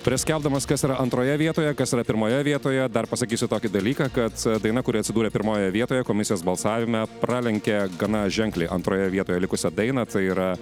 prieš skelbdamas kas yra antroje vietoje kas yra pirmoje vietoje dar pasakysiu tokį dalyką kad daina kuri atsidūrė pirmojoje vietoje komisijos balsavime pralenkė gana ženkliai antroje vietoje likusią dainą tai yra